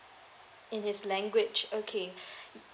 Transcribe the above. in is language okay